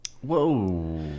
whoa